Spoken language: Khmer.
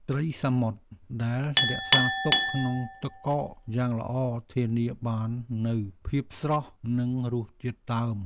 ត្រីសមុទ្រដែលរក្សាទុកក្នុងទឹកកកយ៉ាងល្អធានាបាននូវភាពស្រស់ និងរសជាតិដើម។